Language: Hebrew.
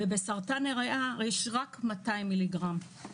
בסרטן ריאה יש רק 200 מ"ג.